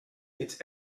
its